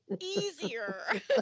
easier